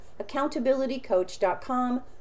accountabilitycoach.com